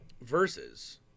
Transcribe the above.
versus